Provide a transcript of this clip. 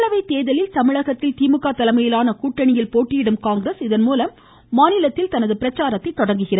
மக்களவை தேர்தலில் தமிழகத்தில் திமுக தலைமையிலான கூட்டணியில் போட்டியிடும் காங்கிரஸ் இதன் மூலம் மாநிலத்தில் தனது பிரச்சாரத்தை தொடங்குகிறது